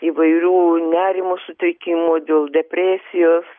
įvairių nerimo sutrikimų dėl depresijos